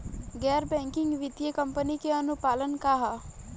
गैर बैंकिंग वित्तीय कंपनी के अनुपालन का ह?